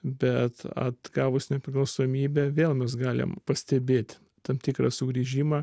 bet atgavus nepriklausomybę vėl mes galim pastebėti tam tikrą sugrįžimą